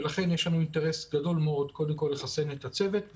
ולכן יש לנו אינטרס גדול מאוד לחסן קודם כל את הצוות,